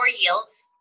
yields